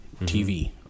TV